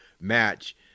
match